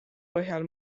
põhjal